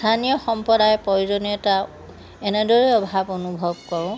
স্থানীয় সম্প্ৰদায়ৰ প্ৰয়োজনীয়তা এনেদৰে অভাৱ অনুভৱ কৰোঁ